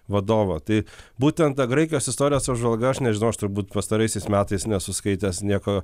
vadovą tai būtent ta graikijos istorijos apžvalga aš nežinau aš turbūt pastaraisiais metais nesu skaitęs nieko